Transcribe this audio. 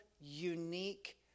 unique